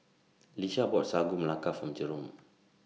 Lish bought Sagu Melaka For Jerome